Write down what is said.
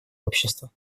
общества